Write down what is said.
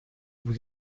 vous